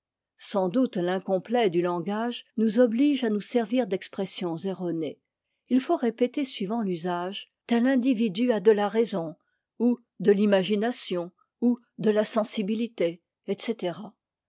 sans doute l'incomplet du langage nous oblige à nous servir d'expressions erronées il faut répéter suivant l'usage tel individu a de la raison ou de mhagr kni om ou de la sensibilité etc